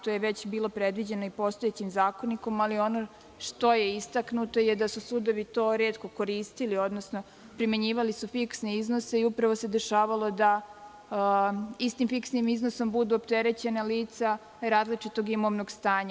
To je već bilo predviđeno i postojećim Zakonikom, ali ono što je istaknuto je da su sudovi to retko koristili, odnosno primenjivali su fiksne iznose i upravo se dešavalo da istim fiksnim iznosom budu opterećena lica različitog imovnog stanja.